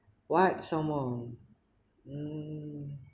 what some more mm